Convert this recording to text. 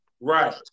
Right